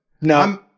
No